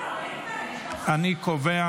אני קובע